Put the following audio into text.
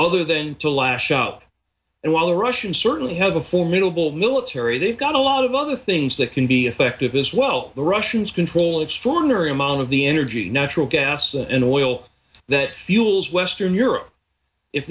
other than to lash out and while the russians certainly have a formidable military they've got a lot of other things that can be effective as well the russians control extraordinary amount of the energy natural gas and oil that fuels western europe if